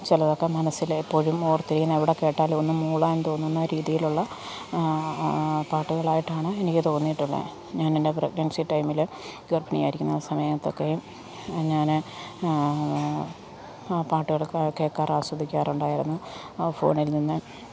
ചിലതൊക്ക മനസ്സിൽ എപ്പോഴും ഓർത്തിരി എവിടെ കേട്ടാലും ഒന്ന് മൂളാൻ തോന്നുന്ന രീതിയിലുള്ള പാട്ടുകളായിട്ടാണ് എനിക്ക് തോന്നിയിട്ടുള്ളത് ഞാൻ എൻ്റെ പ്രഗ്നൻസി ടൈമിൽ ഗർഭിണി ആയിരിക്കുന്ന സമായത്തൊക്കെയും ഞാൻ പാട്ടുകളൊക്ക കേൾക്കാറും ആസ്വദിക്കാറും ഉണ്ടായിരുന്നു ഫോണിൽ നിന്ന്